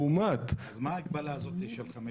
אז מה ההגבלה הזאת של 15?